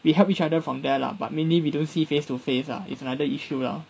we help each other from there lah but mainly we don't see face to face lah it's another issue lah